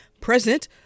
president